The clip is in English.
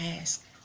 ask